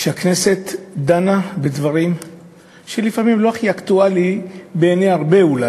שהיא דנה בדברים שלפעמים הם אינם הכי אקטואליים בעיני רבים.